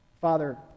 Father